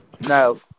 No